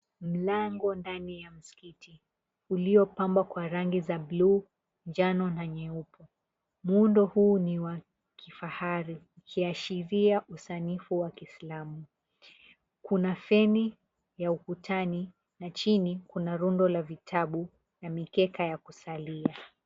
Mlango ndani ya msikiti uliopambwa kwa rangi za bluu, njano na nyeupe. Muundo huu ni wa kifahari ukiashiria usanifu wa kiislamu. Kuna feni ya ukutani na chini kuna rundo la vitabu na mikeka ya kusalia.